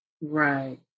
Right